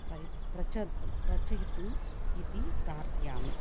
प्रय प्रचय प्रचयतु इति प्रार्थयामि